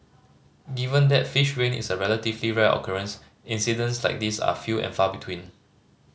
given that fish rain is a relatively rare occurrence incidents like these are few and far between